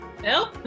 no